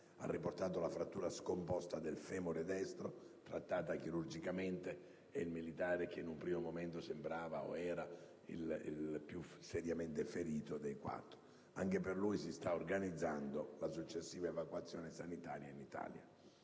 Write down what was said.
ha riportato la frattura scomposta del femore destro, trattata chirurgicamente (è il militare che in un primo momento sembrava, o era, il più seriamente ferito dei quattro: anche per lui si sta organizzando la successiva evacuazione sanitaria in Italia).